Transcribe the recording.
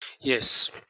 Yes